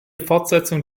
fortsetzung